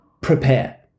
prepare